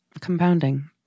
Compounding